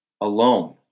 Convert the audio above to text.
alone